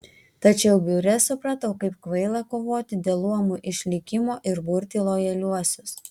tačiau biure supratau kaip kvaila kovoti dėl luomų išlikimo ir burti lojaliuosius